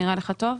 נראה לך טוב?